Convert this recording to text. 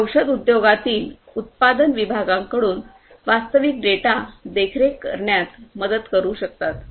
या औषध उद्योगातील उत्पादन विभागांकडून वास्तविक डेटा देखरेख करण्यात मदत करू शकतात